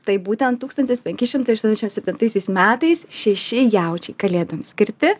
tai būtent tūkstantis penki šimtai aštuoniasdešim septintaisiais metais šeši jaučiai kalėdom skirti